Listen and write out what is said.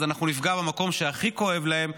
אז אנחנו נפגע במקום שהכי כואב להם,